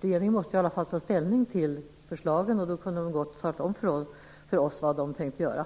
Regeringen måste ju i alla fall ta ställning till förslagen, och då kunde de gott ha talat om för oss vad de tänker göra.